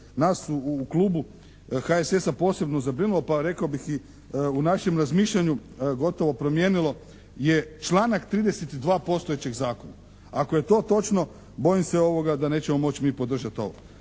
nas u Klubu HSS-a posebno zabrinulo pa rekao bih i u našem razmišljanju gotovo promijenilo je članak 32. postojećeg Zakona. Ako je to točno bojim se da nećemo moći mi podržati ovo.